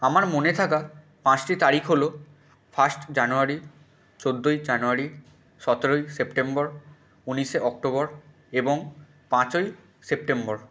আমার মনে থাকা পাঁচটি তারিক হল ফার্স্ট জানুয়ারি চোদ্দোই জানুয়ারি সতেরোই সেপ্টেম্বর উনিশে অক্টোবর এবং পাঁচই সেপ্টেম্বর